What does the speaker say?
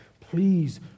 please